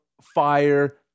fire